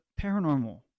paranormal